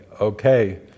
Okay